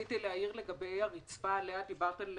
רציתי להעיר לגבי הרצפה עליה דיברת,